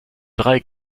drei